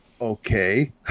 okay